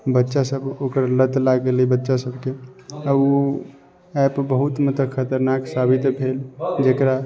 बच्चासब ओकर लत लागि गेलै बच्चासबके ओ ऐप बहुत मतलब खतरनाक साबित भेल जकरा